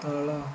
ତଳ